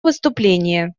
выступление